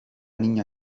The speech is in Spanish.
niña